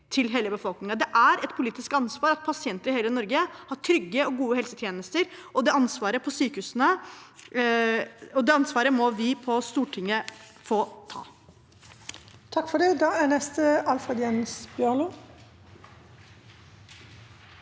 Det er et politisk ansvar at pasienter i hele Norge har trygge og gode helsetjenester, og det ansvaret må vi på Stortinget få ta.